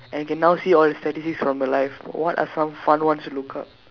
and can now see all the statistics from your life what are some fun ones to look up